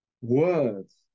words